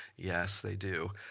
yes they do.